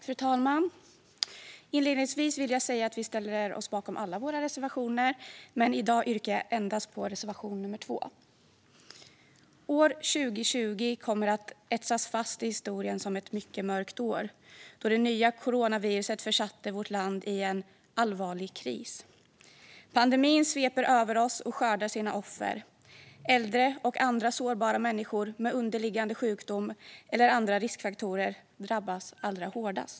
Fru talman! Inledningsvis vill jag säga att vi ställer oss bakom alla våra reservationer, men i dag yrkar jag bifall endast till reservation 2. År 2020 kommer att etsas fast i historien som ett mycket mörkt år då det nya coronaviruset försatte vårt land i en allvarlig kris. Pandemin sveper över oss och skördar sina offer. Äldre och andra sårbara människor med underliggande sjukdom eller andra riskfaktorer drabbas allra hårdast.